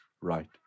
right